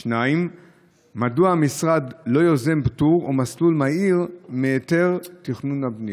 2. מדוע המשרד לא יוזם פטור או מסלול מהיר מהיתר תכנון ובנייה?